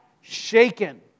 Shaken